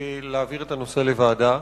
להעביר את הנושא לוועדה.